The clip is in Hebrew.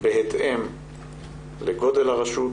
בהתאם לגודל הרשות